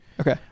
Okay